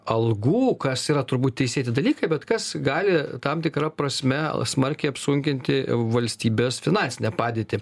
algų kas yra turbūt teisėti dalykai bet kas gali tam tikra prasme smarkiai apsunkinti valstybės finansinę padėtį